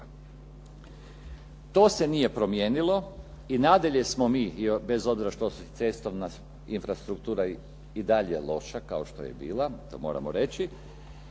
To se nije promijenilo, i nadalje smo mi bez obzira što je cestovna infrastruktura i dalje loša kao što je bila, to moramo reći,